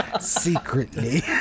Secretly